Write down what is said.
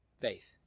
Faith